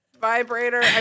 vibrator